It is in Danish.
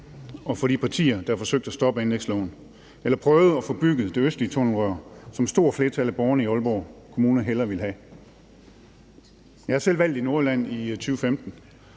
og for de partier, der forsøgte at stoppe anlægsloven eller prøvede at få bygget det østlige tunnelrør, som et stort flertal af borgerne i Aalborg Kommune hellere ville have. Jeg er selv valgt i Nordjylland i 2015